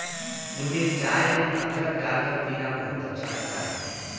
मुझे चाय में अदरक डालकर पीना बहुत अच्छा लगता है